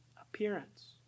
appearance